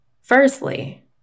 Firstly